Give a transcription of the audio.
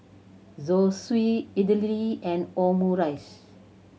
Zosui Idili and Omurice